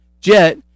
jet